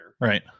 right